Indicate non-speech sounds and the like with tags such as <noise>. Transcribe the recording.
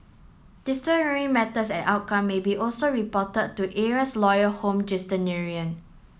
disciplinary matters and outcome maybe also be reported to errant's lawyer home <unintelligible>